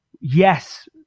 yes